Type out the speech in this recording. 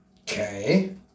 Okay